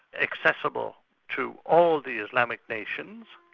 accessible to all the islamic nations,